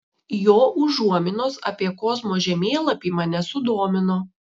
jo užuominos apie kozmo žemėlapį mane sudomino